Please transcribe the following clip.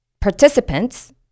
participants